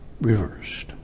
reversed